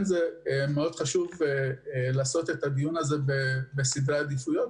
חשוב להציב אותו בראש רשימת סדרי העדיפויות.